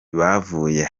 bavuye